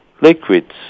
liquids